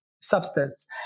substance